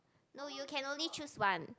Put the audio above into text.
no you can only choose one